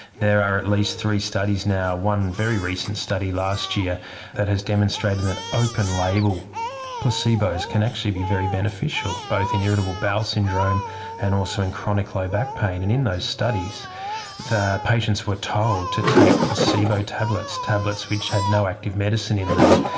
there are at least three studies now, one very recent study last year that has demonstrated that open label placebos can actually be very beneficial, both in irritable bowel syndrome and also in chronic low back pain. and in those studies the patients were told to take placebo tablets, tablets which had no active medicine in them,